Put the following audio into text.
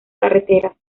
carreteras